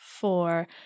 four